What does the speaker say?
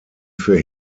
für